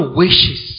wishes